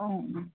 অঁ